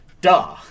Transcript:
Duh